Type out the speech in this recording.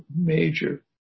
major